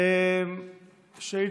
שאילתות.